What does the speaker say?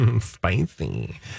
spicy